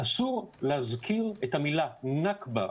אסור להזכיר את המלה "נכבה",